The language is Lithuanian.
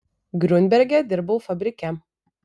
griunberge dirbau fabrike